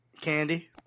Candy